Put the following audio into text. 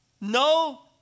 No